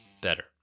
better